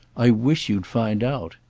i wish you'd find out!